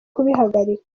kubihagarika